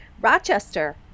Rochester